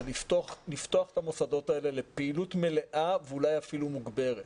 זה לפתוח את המוסדות האלה לפעילות מלאה ואולי אפילו מוגברת.